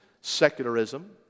secularism